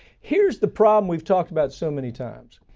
here's the problem we've talked about so many times.